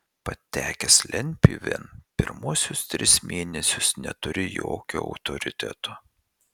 patekęs lentpjūvėn pirmuosius tris mėnesius neturi jokio autoriteto